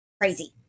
crazy